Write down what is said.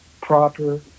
proper